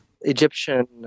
Egyptian